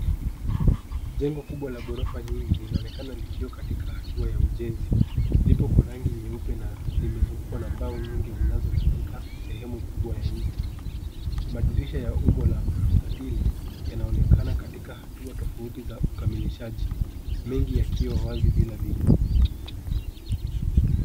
Jengo kubwa la ghorofa nyingi linaonekana likiwa katika hatua ya ujenzi. Lipo kwa rangi nyeupe na limezungukwa na mbao nyingi zinazofunika sehemu kubwa ya nje. Madirisha ya umbo la mstatili yanaonekana katika hatua tofauti za ukamilishaji, mengi yakiwa wazi bila vioo.